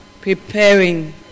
preparing